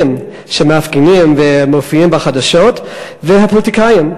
שמפגינים ומופיעים בחדשות ופוליטיקאים,